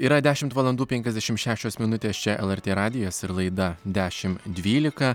yra dešimt valandų penkiasdešimt šešios minutės čia lrt radijas ir laida dešim dvylika